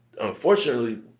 unfortunately